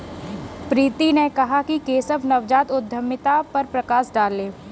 प्रीति ने कहा कि केशव नवजात उद्यमिता पर प्रकाश डालें